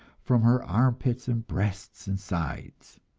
from her armpits and breasts and sides.